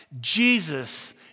Jesus